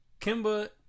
Kimba